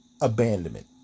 abandonment